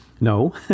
no